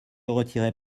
retirez